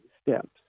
steps